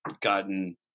gotten